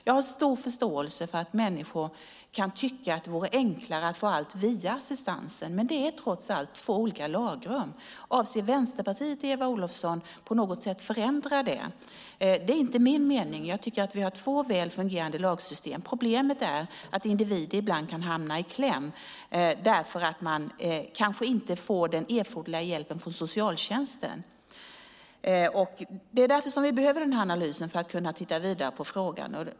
Jag har stor förståelse för att människor kan tycka att det vore enklare att få allt via assistansen, men det är trots allt två olika lagrum. Avser Vänsterpartiet och Eva Olofsson att på något sätt förändra det? Det är inte min mening, jag tycker att vi har två väl fungerande lagsystem. Problemet är att individen ibland kan hamna i kläm, därför att man kanske inte får den erforderliga hjälpen från socialtjänsten. Det är därför som vi behöver den här analysen. Vi behöver titta vidare på frågan.